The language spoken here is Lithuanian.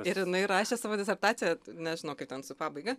ir jinai rašė savo disertaciją nežinau kaip ten su pabaiga